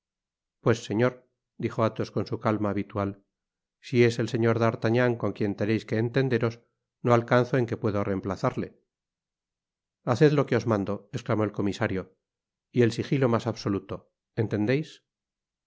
pues señor dijo athos con su calma habitual si es el señor d'artagnan con quien teneis que entenderos no alcanzo en que puedo reemplazarle haced lo que os mando esclamó el comisario y el sigilo mas absoluto entendeis